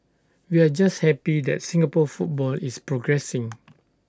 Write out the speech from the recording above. we're just happy that Singapore football is progressing